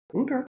Okay